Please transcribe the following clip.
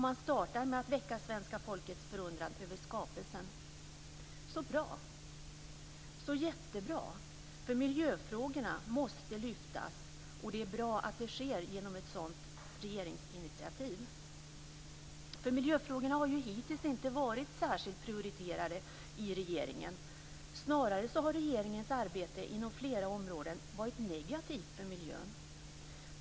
Man startar med att väcka svenska folkets förundran över skapelsen. Så bra! Så jättebra! Miljöfrågorna måste lyftas, och det är bra att det sker genom ett sådant regeringsinitiativ. Miljöfrågorna har hittills inte varit särskilt prioriterade i regeringen. Snarare har regeringens arbete inom flera områden varit negativt för miljön.